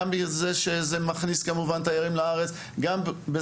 בגלל שזה מכניס תיירים לארץ וגם כי